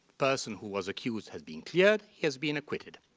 person who was accused has been cleared. he has been acquitted.